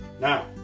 Now